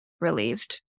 relieved